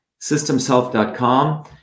systemshealth.com